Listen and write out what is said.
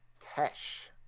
Tesh